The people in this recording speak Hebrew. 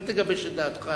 אל תגבש את דעתך